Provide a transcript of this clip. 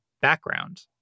background